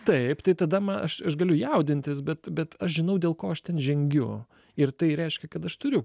taip tai tada ma aš galiu jaudintis bet bet aš žinau dėl ko aš ten žengiu ir tai reiškia kad aš turiu